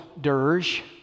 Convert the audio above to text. dirge